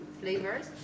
flavors